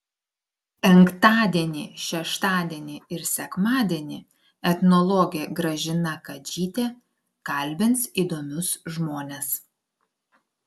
penktadienį šeštadienį ir sekmadienį etnologė gražina kadžytė kalbins įdomius žmones